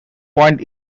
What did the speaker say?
point